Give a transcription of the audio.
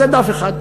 אז זה דף אחד.